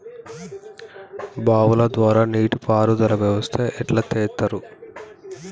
బావుల ద్వారా నీటి పారుదల వ్యవస్థ ఎట్లా చేత్తరు?